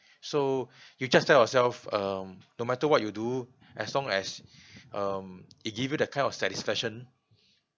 so you just tell yourself um no matter what you do as long as um it give you that kind of satisfaction